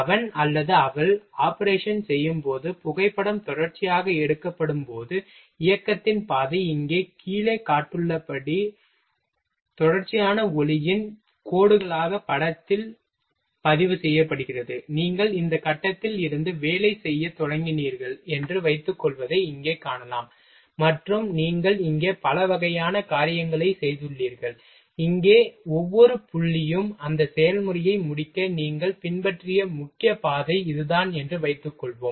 அவன் அல்லது அவள் ஆபரேஷன் செய்யும்போது புகைப்படம் தொடர்ச்சியாக எடுக்கப்படும் போது இயக்கத்தின் பாதை இங்கே கீழே காட்டப்பட்டுள்ளபடி தொடர்ச்சியான ஒளியின் கோடுகளாக படத்தில் பதிவு செய்யப்படுகிறது நீங்கள் இந்த கட்டத்தில் இருந்து வேலை செய்யத் தொடங்கினீர்கள் என்று வைத்துக்கொள்வதை இங்கே காணலாம் மற்றும் நீங்கள் இங்கே பல வகையான காரியங்களைச் செய்துள்ளீர்கள் இங்கே இங்கே ஒவ்வொரு புள்ளியும் அந்த செயல்முறையை முடிக்க நீங்கள் பின்பற்றிய முக்கிய பாதை இதுதான் என்று வைத்துக்கொள்வோம்